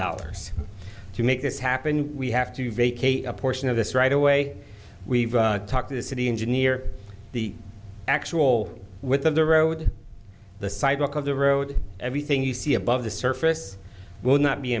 dollars to make this happen we have to vacate a portion of this right away we talk to the city engineer the actual with of the road the sidewalk of the road everything you see above the surface will not be